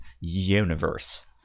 universe